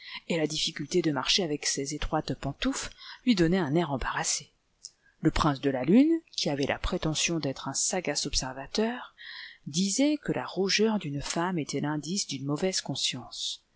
et la difficulté de marcher avec ses étroites pantoufles lui donnait un air embarrassé le prince de la lune qui avait la prétention d'être un sagace observateur disait que la rougeur d'une femme était lindice d'une mauvaise conscience